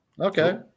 Okay